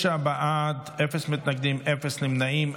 תשעה בעד, אין מתנגדים ואין נמנעים.